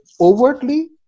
overtly